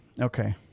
Okay